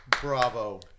Bravo